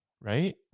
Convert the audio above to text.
right